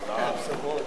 גפני.